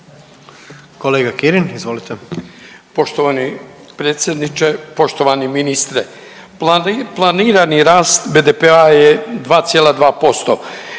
**Kirin, Ivan (HDZ)** Poštovani predsjedniče, poštovani ministre. Planirani rast BDP-a je 2,2%.